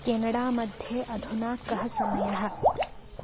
Canada मध्ये अधुना कः समयः